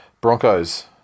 Broncos